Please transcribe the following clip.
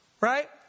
right